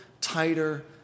tighter